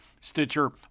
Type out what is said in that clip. Stitcher